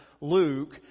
Luke